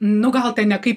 nu gal ten ne kaip